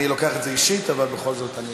אני לוקח את זה אישית, אבל בכל זאת אני